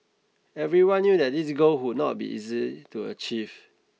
everyone knew that this goal would not be easy to achieve